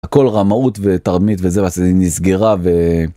הכל רמאות ותרמית וזה נסגרה.